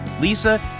Lisa